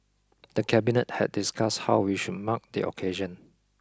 the Cabinet had discussed how we should mark the occasion